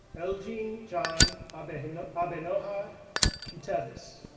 elgene john and you know abenoja quitevis,